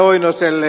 oinoselle